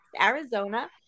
arizona